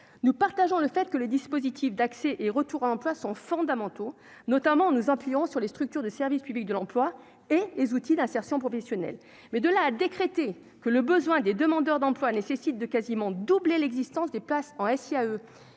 nous partageons le fait que le dispositif d'accès et retour employes sont fondamentaux, notamment nous appuyons sur les structures de service public de l'emploi et les outils d'insertion professionnelle, mais de là, a décrété que le besoin des demandeurs d'emploi nécessite de quasiment doubler l'existence des places en SIAE